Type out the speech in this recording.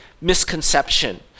misconception